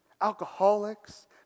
alcoholics